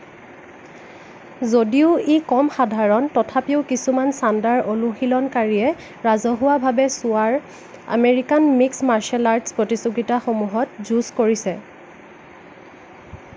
যদিও ই কম সাধাৰণ তথাপিও কিছুমান ছাণ্ডাৰ অনুশীলনকাৰীয়ে ৰাজহুৱাভাৱে চোৱাৰ আমেৰিকান মিক্সড মাৰ্শ্বেল আৰ্টছ প্ৰতিযোগিতাসমূহত যুঁজ কৰিছে